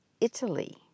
Italy